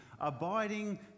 abiding